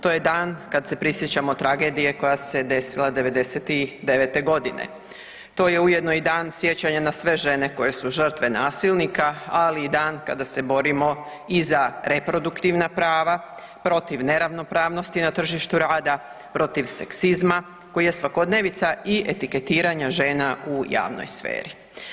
To je dan kad se prisjećamo tragedije koja se desila '99.g. To je ujedno i dan sjećanja na sve žene koje su žrtve nasilnika, ali i dan kada se borimo i za reproduktivna prava, protiv neravnopravnosti na tržištu rada, protiv seksizma koji je svakodnevnica i etiketiranja žena u javnoj sferi.